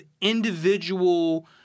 individual